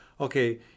okay